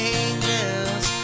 angels